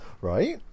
Right